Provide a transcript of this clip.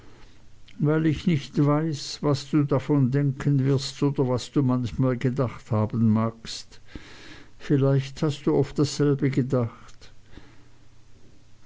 weil ich nicht weiß was du davon denken wirst oder was du manchmal gedacht haben magst vielleicht hast du oft dasselbe gedacht